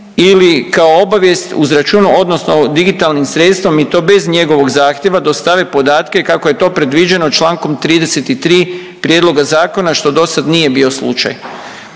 ili kao obavijest uz račun odnosno digitalnim sredstvom i to bez njegovog zahtjeva dostave podatke kako je to predviđeno čl. 33 prijedloga zakona, što dosad nije bio slučaj.